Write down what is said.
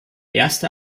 erste